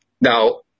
Now